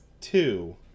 two